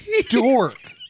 dork